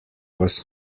was